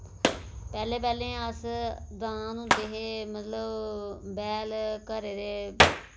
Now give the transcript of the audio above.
पैह्ले पैह्लें अस दांद होंदे हे मतलब बैल घरे दे